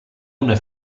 una